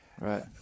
right